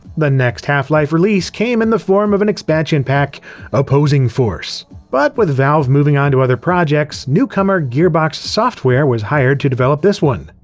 the next half-life release came in the form of an expansion pack opposing force. but with valve moving onto other projects, newcomer gearbox software was hired to develop this one.